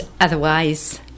otherwise